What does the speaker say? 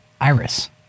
iris